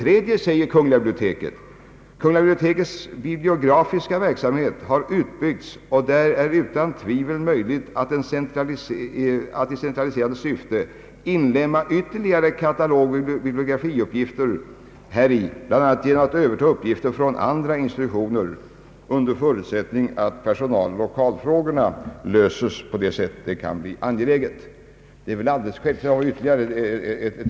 KB:s bibliografiska verksamhet har utbyggts och det är utan tvivel möjligt att i centraliserande syfte inlemma ytterligare katalogoch bibliografiuppgifter häri, bl.a. genom att överta uppgifter från andra institutioner — under förutsättning givetvis att tillräckliga personaloch lokalresurser ställes till förfogande.